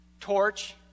torch